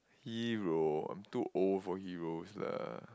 hero I'm too old for heroes lah